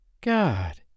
God